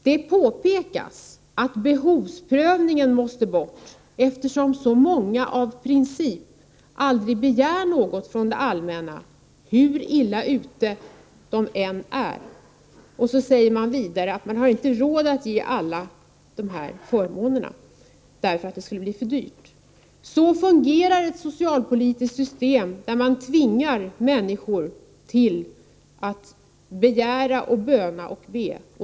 Det påpekas att behovsprövningen måste bort eftersom så många av princip aldrig begär något från det allmänna hur illa ute de än är.” Och vidare sägs det att man i England inte har råd att ge alla dessa förmåner, därför att det skulle bli för dyrt. Så fungerar ett socialpolitiskt system, där man tvingar människor att begära, böna och be.